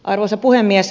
arvoisa puhemies